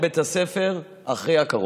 לבית הספר אחרי הקורונה.